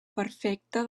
perfecta